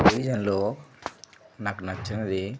టెలివిజన్లో నాకు నచ్చినవి